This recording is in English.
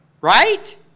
Right